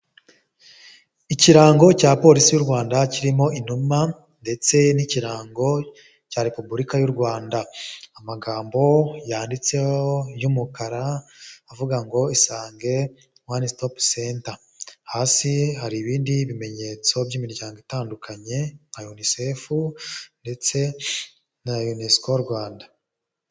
Ikirango cya polisi y'u Rwanda kirimo inuma ndetse n'ikirango cya repubulika y'u Rwanda amagambo yanditseho y'umukara avuga ngo isange wani sitopu senta, hasi hari ibindi bimenyetso by'imiryango itandukanye nka yunisefu ndetse na yunesiko Rwanda.